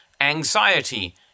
anxiety